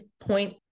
point